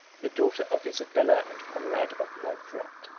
the daughter of isabella and conrad of montferrat,